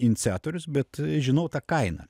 iniciatorius bet žinau tą kainą